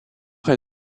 elle